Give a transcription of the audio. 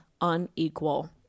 unequal